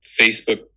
Facebook